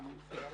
ננעלה בשעה